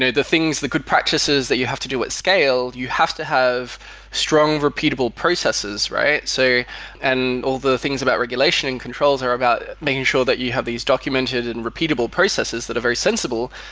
the things, the good practices that you have to do at scale, you have to have strong repeatable processes, right? so and all the things about regulation and controls are about making sure that you have these documented and repeatable processes that are very sensible.